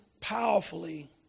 powerfully